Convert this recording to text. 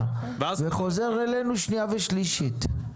וחוזר אלינו לקריאה שנייה ושלישית.